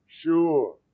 sure